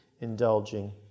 indulging